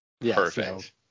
Perfect